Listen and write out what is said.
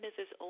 Mrs